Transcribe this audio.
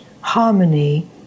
harmony